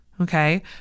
okay